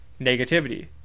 negativity